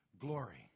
glory